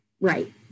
Right